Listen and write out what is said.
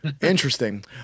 Interesting